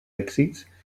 èxits